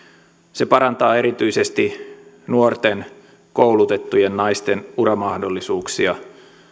se parantaa erityisesti nuorten koulutettujen naisten uramahdollisuuksia